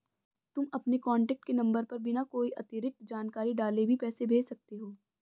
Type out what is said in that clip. तुम अपने कॉन्टैक्ट के नंबर पर बिना कोई अतिरिक्त जानकारी डाले भी पैसे भेज सकते हो